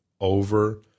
over